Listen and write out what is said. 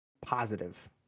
positive